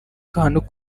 kantu